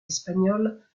espagnole